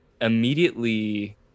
immediately